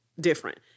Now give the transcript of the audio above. different